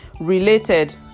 related